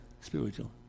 spiritual